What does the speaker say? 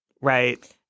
Right